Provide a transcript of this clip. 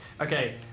Okay